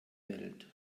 welt